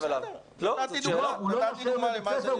אליו --- נתתי דוגמה למה זה נשירה.